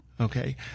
Okay